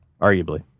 arguably